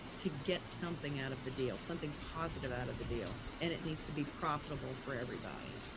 to get something out of the deal, something positive out of the deal, and it needs to be profitable for everybody.